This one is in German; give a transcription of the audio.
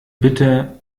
bitte